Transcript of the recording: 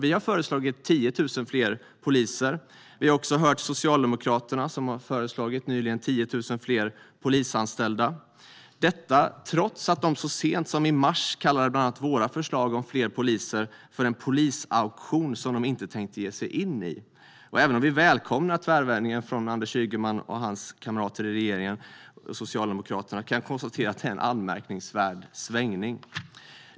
Vi har föreslagit 10 000 fler poliser. Vi har också hört Socialdemokraterna nyligen föreslå 10 000 fler polisanställda - detta trots att de så sent som i mars kallade bland annat våra förslag om fler poliser för en "polisauktion" som de inte tänkte ge sig in i. Även om vi välkomnar tvärvändningen från Anders Ygeman och hans kamrater i regeringen och Socialdemokraterna kan jag konstatera att det är en anmärkningsvärd svängning.